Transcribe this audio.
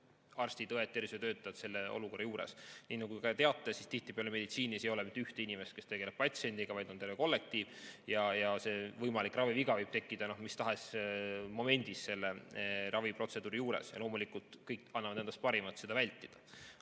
arstid, õed, tervishoiutöötajad selle olukorra juures. Nii nagu te teate, tihtipeale meditsiinis ei ole mitte üks inimene, kes tegeleb patsiendiga, vaid on terve kollektiiv, ja see võimalik raviviga võib tekkida mis tahes momendil selle raviprotseduuri juures. Loomulikult kõik annavad endast parima, et seda vältida,